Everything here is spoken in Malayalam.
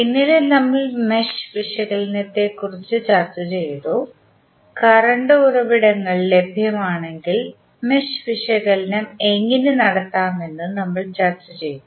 ഇന്നലെ നമ്മൾ മെഷ് വിശകലനത്തെക്കുറിച്ച് ചർച്ചചെയ്തു കറണ്ട് ഉറവിടങ്ങൾ ലഭ്യമാണെങ്കിൽ മെഷ് വിശകലനം എങ്ങനെ നടത്താമെന്നും നമ്മൾ ചർച്ച ചെയ്തു